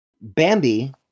Bambi